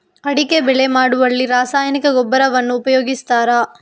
ಅಡಿಕೆ ಬೆಳೆ ಮಾಡುವಲ್ಲಿ ರಾಸಾಯನಿಕ ಗೊಬ್ಬರವನ್ನು ಉಪಯೋಗಿಸ್ತಾರ?